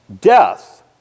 Death